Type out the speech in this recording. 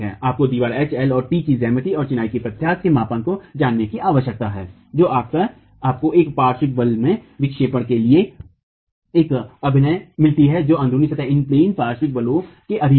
आपको दीवार H L और T की ज्यामिति और चिनाई की प्रत्यास्थ के मापांक को जानने की आवश्यकता है जो आपको एक पार्श्व दीवार में विक्षेपण के लिए एक अभिव्यक्ति मिलती है जो अन्ध्रुनी सतह पाश्विक बालों बलों के अधीन है